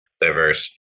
diverse